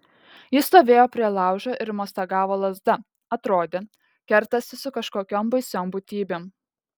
jis stovėjo prie laužo ir mostagavo lazda atrodė kertasi su kažkokiom baisiom būtybėm